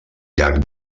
llarg